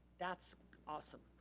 that's awesome.